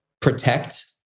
protect